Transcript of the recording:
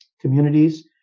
communities